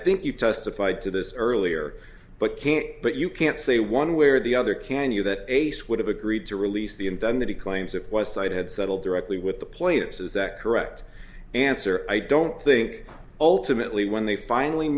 think you testified to this earlier but can't but you can't say one way or the other can you that ace would have agreed to release the and then that he claims it was side had settled directly with the plaintiffs is that correct answer i don't think ultimately when they finally